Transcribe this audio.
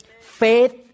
Faith